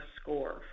score